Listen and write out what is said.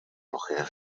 ploché